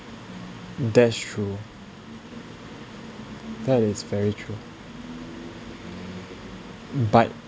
that's true that is very true but